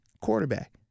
quarterback